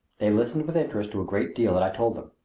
they listened with interest to a great deal that i told them.